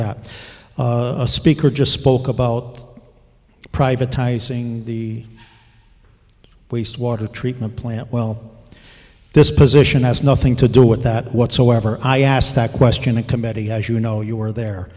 that a speaker just spoke about privatizing the wastewater treatment plant well this position has nothing to do with that whatsoever i asked that question a committee as you know you were there